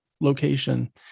location